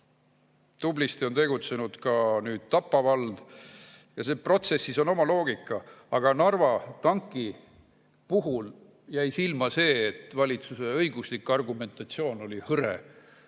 Tublisti on tegutsenud ka Tapa vald. Ja selles protsessis on oma loogika. Aga Narva tanki puhul jäi silma see, et valitsuse õiguslik argumentatsioon oli hõre.